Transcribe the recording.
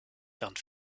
während